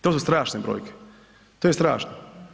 To su strašne brojke, to je strašno.